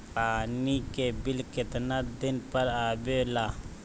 पानी के बिल केतना दिन पर आबे ला?